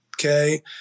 okay